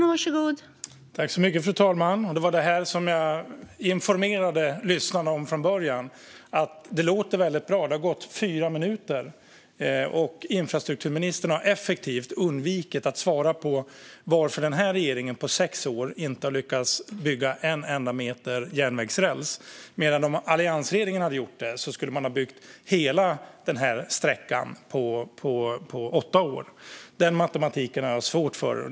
Fru talman! Det var det här som jag informerade lyssnarna om från början: att det låter väldigt bra. Det har gått fyra minuter, och infrastrukturministern har effektivt undvikit att svara på varför den här regeringen på sex år inte har lyckats bygga en enda meter järnvägsräls medan man skulle ha byggt hela denna sträcka på åtta om alliansregeringen hade gjort annorlunda. Den matematiken har jag svårt för.